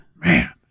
Man